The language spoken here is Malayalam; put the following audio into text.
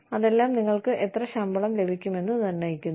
അതെല്ലാം നിങ്ങൾക്ക് എത്ര ശമ്പളം ലഭിക്കുമെന്ന് നിർണ്ണയിക്കുന്നു